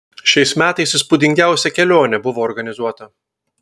šiais metais įspūdingiausia kelionė buvo organizuota